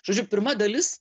žodžiu pirma dalis